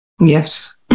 Yes